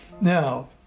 Now